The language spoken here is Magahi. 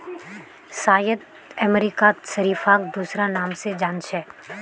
शायद अमेरिकात शरीफाक दूसरा नाम स जान छेक